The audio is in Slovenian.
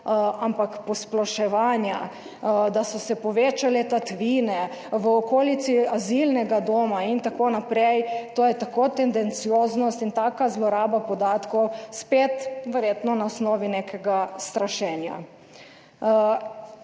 ampak posploševanja, da so se povečale tatvine v okolici azilnega doma in tako naprej, to je tako tendencioznost in taka zloraba podatkov, spet verjetno na osnovi nekega strašenja.